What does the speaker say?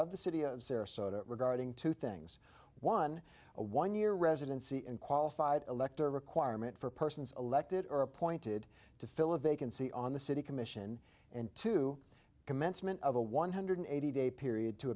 of the city of sarasota regarding two things one a one year residency and qualified elector requirement for persons elected or appointed to fill a vacancy on the city commission and to commencement of a one hundred eighty day period to